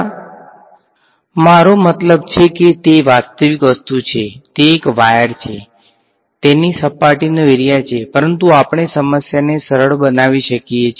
તે એક મારો મતલબ છે કે તે બે છે તે વાસ્તવિક વસ્તુ છે તે એક વાયર છે તેની સપાટીનો એરીયા છે પરંતુ આપણે સમસ્યાને સરળ બનાવી શકીએ છીએ